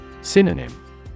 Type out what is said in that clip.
Synonym